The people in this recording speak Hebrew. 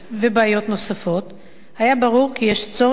היה ברור כי יש צורך דחוף בהבאתו של חוק